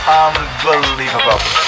unbelievable